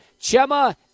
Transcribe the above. Chema